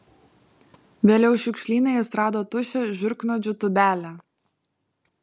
vėliau šiukšlyne jis rado tuščią žiurknuodžių tūbelę